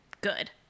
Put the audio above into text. good